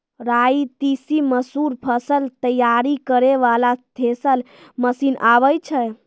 राई तीसी मसूर फसल तैयारी करै वाला थेसर मसीन आबै छै?